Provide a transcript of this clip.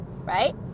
right